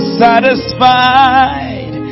satisfied